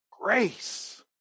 grace